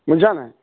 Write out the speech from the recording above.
বুজিছা নাই